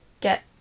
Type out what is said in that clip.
get